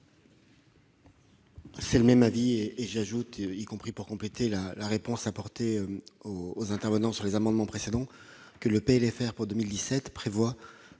? Même avis. J'ajoute, y compris pour compléter la réponse apportée aux intervenants sur les amendements précédents, que le projet de loi